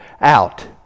out